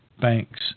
banks